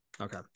Okay